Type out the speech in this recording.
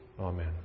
Amen